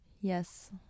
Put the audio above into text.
yes